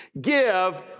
give